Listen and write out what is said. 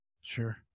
Sure